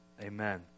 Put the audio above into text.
Amen